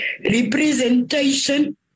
Representation